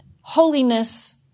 holiness